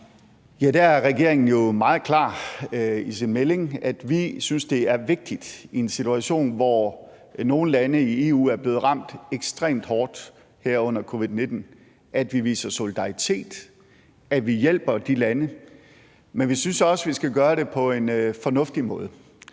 Der er regeringen jo meget klar i sin melding om, at vi synes, det er vigtigt, at vi i en situation, hvor nogle lande i EU er blevet ramt ekstremt hårdt her under covid-19, viser solidaritet, og at vi hjælper de lande. Men vi synes også, vi skal gøre det på en fornuftig måde.